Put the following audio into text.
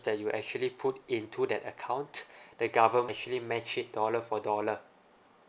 that you actually put into that account the government actually match it dollar for dollar